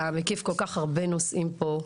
אתה מקיף כל כך הרבה נושאים פה.